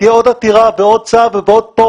תהיה עוד עתירה ועוד צו וכולי.